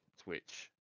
twitch